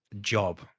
job